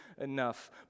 enough